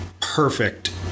perfect